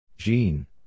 Jean